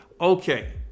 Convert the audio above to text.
Okay